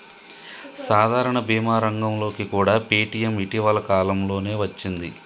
సాధారణ భీమా రంగంలోకి కూడా పేటీఎం ఇటీవల కాలంలోనే వచ్చింది